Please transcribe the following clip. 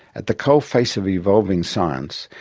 at the coalface of evolving science,